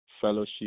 fellowship